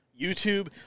YouTube